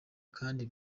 kandi